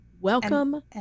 welcome